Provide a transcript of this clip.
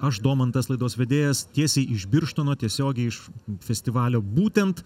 aš domantas laidos vedėjas tiesiai iš birštono tiesiogiai iš festivalio būtent